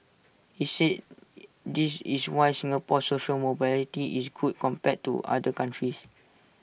he said this is why Singapore's social mobility is good compared to other countries